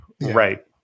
Right